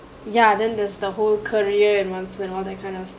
ya then there's the whole career advancement all that kind of